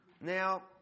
Now